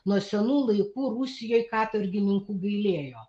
nuo senų laikų rusijoj katorgininkų gailėjo